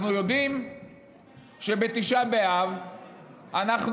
אנחנו יודעים שבתשעה באב אנחנו,